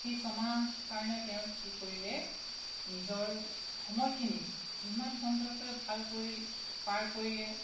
সেই ছমাহ কাৰণে তেওঁ কি কৰিলে নিজৰ সময়খিনি ইমান সুন্দৰকৈ ভাল কৰি পাৰ কৰিলে